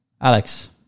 Alex